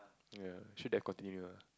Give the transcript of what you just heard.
ya should have continue lah